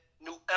New